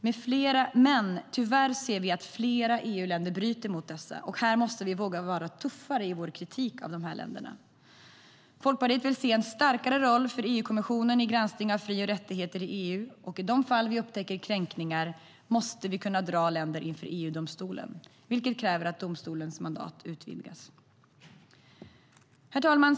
Vi ser tyvärr att flera EU-länder bryter mot dessa, och vi måste våga vara tuffare i vår kritik av dem. Herr talman!